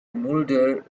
mulder